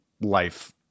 life